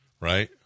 right